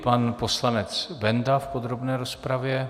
Pan poslanec Benda v podrobné rozpravě.